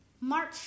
March